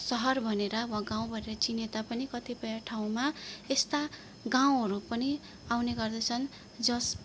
सहर भनेर वा गाउँ भनेर चिने तापनि कतिपय ठाउँमा यस्ता गाउँहरू पनि आउने गर्दछन् जस